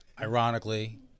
Ironically